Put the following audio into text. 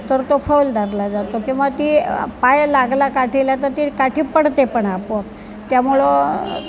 तर तो फौल दाखला जातो किंवा ती पाय लागला काठीला तर ती काठी पडते पण आपोआप त्यामुळं